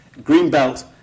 Greenbelt